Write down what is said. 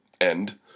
end